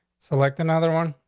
select another one.